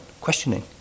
questioning